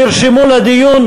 נרשמו לדיון,